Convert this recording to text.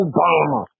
Obama